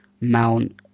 Mount